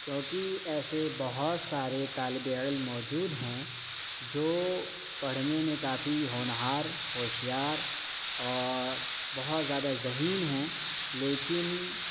کیونکہ ایسے بہت سارے طالب علم موجود ہیں جو پڑھنے میں کافی ہونہار ہوشیار اور بہت زیادہ ذہین ہیں لیکن